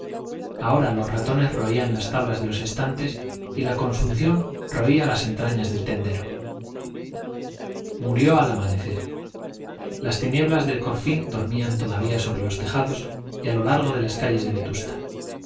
ahora los ratones roían las tablas de los estantes y la consunción roía las entrañas del tendero murió al amanecer las nieblas de corfín dormían todavía sobre los tejados y a lo largo de las calles de vetusta